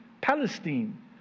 Palestine